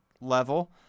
level